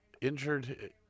injured